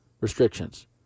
restrictions